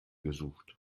gesucht